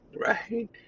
right